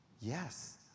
Yes